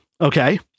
Okay